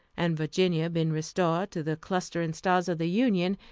and virginia been restored to the clustering stars of the union,